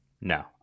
No